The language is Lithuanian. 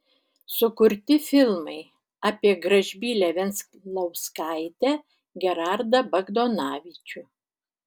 sukurti filmai apie gražbylę venclauskaitę gerardą bagdonavičių